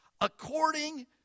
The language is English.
according